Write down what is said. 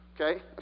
Okay